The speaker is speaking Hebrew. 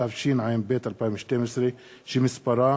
התשע"ב 2012, שמספרה